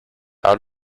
out